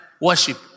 worship